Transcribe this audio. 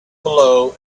below